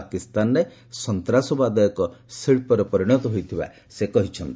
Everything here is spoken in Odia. ପାକିସ୍ତାନରେ ସନ୍ତ୍ରାସବାଦ ଏକ ଶିଳ୍ପରେ ପରିଣତ ହୋଇଥିବା ସେ କହିଚ୍ଚନ୍ତି